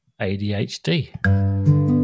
adhd